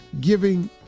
giving